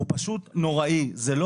הוא פשוט נוראי, זה לא